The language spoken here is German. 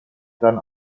dann